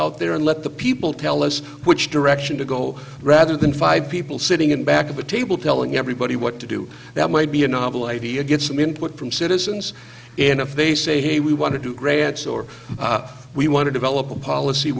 out there and let the people tell us which direction to go rather than five people sitting in back of a table telling everybody what to do that might be a novel idea get some input from citizens if they say hey we want to do grants or we want to develop a policy